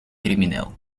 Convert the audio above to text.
crimineel